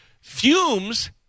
fumes